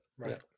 Right